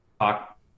talk